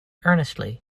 earnestly